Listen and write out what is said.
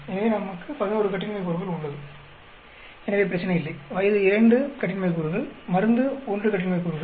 எனவே நமக்கு 11 கட்டின்மை கூறுகள் உள்ளது எனவே பிரச்சனை இல்லை வயது 2 கட்டின்மை கூறுகள் மருந்து 1 கட்டின்மை கூறுகள்